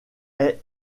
est